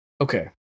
okay